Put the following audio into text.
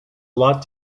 lot